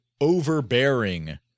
overbearing